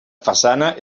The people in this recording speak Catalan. façana